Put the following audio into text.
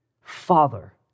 Father